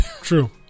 True